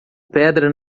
pedra